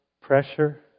pressure